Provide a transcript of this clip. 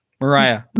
Mariah